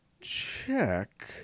check